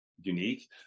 unique